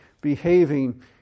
behaving